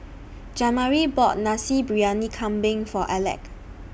Jamari bought Nasi Briyani Kambing For Aleck